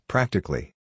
Practically